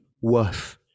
worth